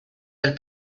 del